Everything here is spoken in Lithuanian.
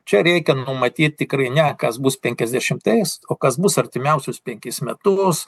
čia reikia numatyt tikrai ne kas bus penkiasdešimtais o kas bus artimiausius penkis metus